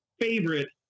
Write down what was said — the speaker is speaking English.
favorite